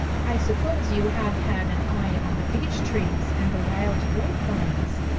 i suppose you have had an eye on the beech trees and the wild grape-vines,